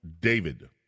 David